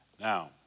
Now